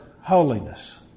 holiness